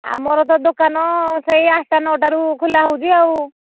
ଆମର ତ ଦୋକାନ ସେଇ ଆଠଟା ନଅଟାରୁ ଖୋଲା ହେଉଛି ଆଉ